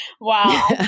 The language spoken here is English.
Wow